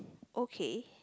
okay